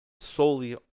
solely